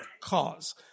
cause